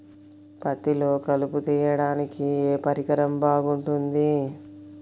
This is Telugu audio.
పత్తిలో కలుపు తీయడానికి ఏ పరికరం బాగుంటుంది?